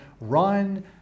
run